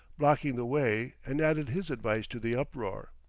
blocking the way, and added his advice to the uproar.